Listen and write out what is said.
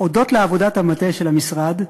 הודות לעבודת המטה של המשרד,